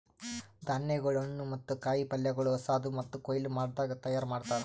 ಧಾನ್ಯಗೊಳ್, ಹಣ್ಣು ಮತ್ತ ಕಾಯಿ ಪಲ್ಯಗೊಳ್ ಹೊಸಾದು ಮತ್ತ ಕೊಯ್ಲು ಮಾಡದಾಗ್ ತೈಯಾರ್ ಮಾಡ್ತಾರ್